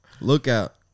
Lookout